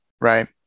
right